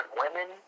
women